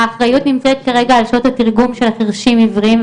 האחריות נמצאת כרגע על שעות התרגום של החרשים עיוורים,